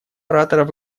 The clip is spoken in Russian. ораторов